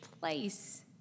place